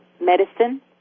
medicine